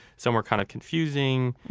some were kind of confusing,